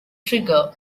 trigger